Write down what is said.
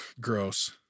gross